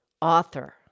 author